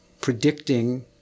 predicting